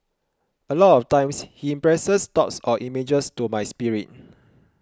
a lot of times he impresses thoughts or images to my spirit